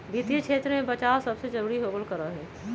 वित्तीय क्षेत्र में बचाव सबसे जरूरी होबल करा हई